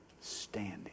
Standing